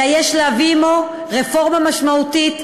אלא יש להביא עמו רפורמה משמעותית,